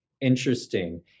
interesting